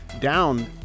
down